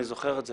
אני זוכר את זה,